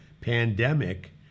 pandemic